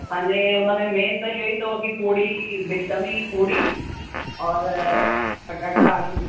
असांजे हुनमें मेन त इहोई अथव की पूड़ी बेदमी पूड़ी और पटाटा आलू